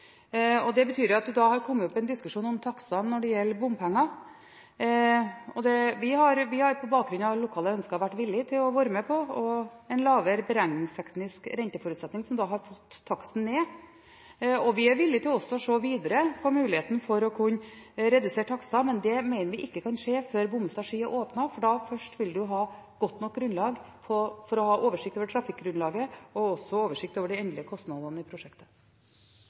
fast. Det betyr at det da har kommet opp en diskusjon om takstene når det gjelder bompenger. Vi har på bakgrunn av lokale ønsker vært villig til å være med på en lavere beregningsteknisk renteforutsetning, som har fått taksten ned. Vi er villig til også å se videre på muligheten for å kunne redusere takstene, men det mener vi ikke kan skje før Bommestad–Sky er åpnet. Da først vil man ha godt nok grunnlag for å ha oversikt over trafikkgrunnlaget og også oversikt over de endelige kostnadene ved prosjektet.